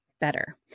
better